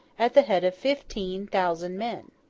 at the head of fifteen thousand men.